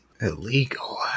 Illegal